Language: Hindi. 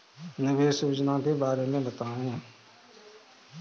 निवेश योजना के बारे में बताएँ?